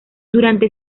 durante